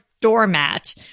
doormat